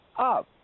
up